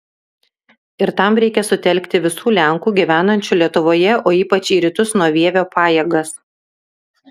ir tam reikia sutelkti visų lenkų gyvenančių lietuvoje o ypač į rytus nuo vievio pajėgas